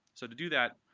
so to do that,